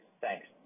Thanks